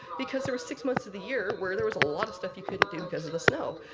because there were six months of the year where there was a lot of stuff you couldn't do because of the snow.